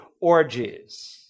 orgies